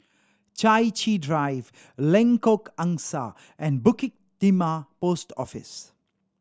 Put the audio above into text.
Chai Chee Drive Lengkok Angsa and Bukit Timah Post Office